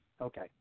Okay